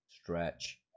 stretch